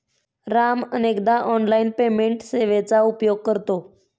राम अनेकदा online payment सेवेचा उपयोग करतो